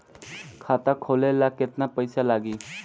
खाता खोले ला केतना पइसा लागी?